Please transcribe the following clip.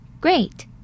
Great